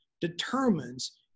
determines